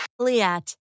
LIAT